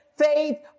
Faith